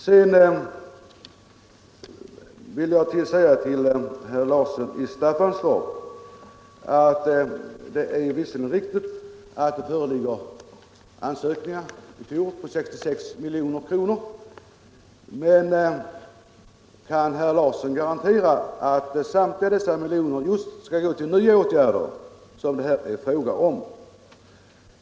Det är visserligen riktigt, herr Larsson i Staffanstorp, att det i fjol hade kommit in ansökningar på 66 milj.kr. Men kan herr Larsson garantera att samtliga dessa miljoner var avsedda att gå till sådana nya åtgärder som det är fråga om?